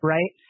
Right